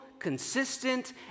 consistent